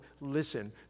listen